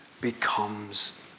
becomes